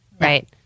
right